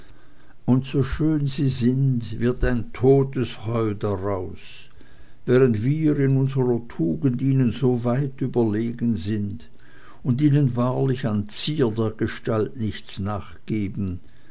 und so schön sie sind wird ein totes heu daraus während wir in unserer tugend ihnen so weit überlegen sind und ihnen wahrlich an zier der gestalt nichts nachgeben